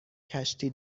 کشتی